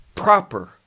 proper